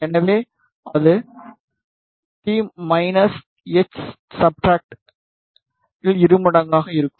எனவே அது D minus H சப்ஸ்ட்ராட்டில் இருமடங்காக இருக்கும்